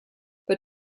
but